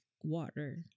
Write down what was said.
water